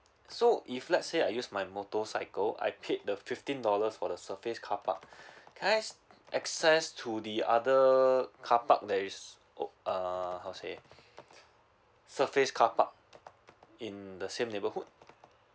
so if let's say I use my motorcycle I paid the fifteen dollars for the surface carpark can I access to the other carpark there is op~ uh how says surface carpark in the same neighborhood